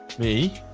me